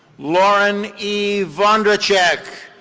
lauren e. vonderchek,